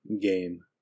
game